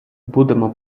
будемо